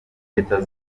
leta